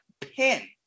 pin